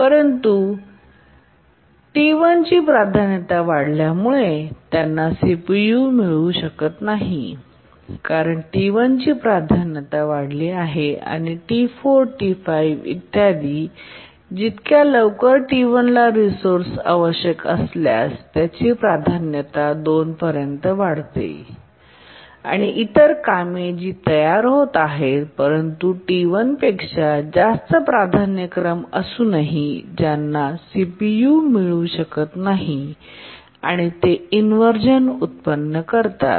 परंतु T1ची प्राधान्यता वाढल्यामुळे त्यांना सीपीयू मिळू शकत नाही कारण T1ची प्राधान्यता वाढली आहे आणि T4 T5 इत्यादी जित क्या लवकर T1ला रिसोर्से आवश्यकता असल्यास त्याची प्राधान्यता 2 पर्यंत वाढते आणि इतर कामे जी तयार आहेत परंतु T1पेक्षा जास्त प्राधान्यक्रम असूनही ज्यांना सीपीयू मिळू शकत नाहीत आणि ते इनव्हर्झन उत्पन्न करतात